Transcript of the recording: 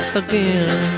again